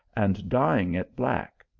and dying it black.